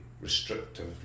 restrictive